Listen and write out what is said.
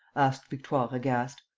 asked victoire, aghast.